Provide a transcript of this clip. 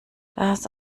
das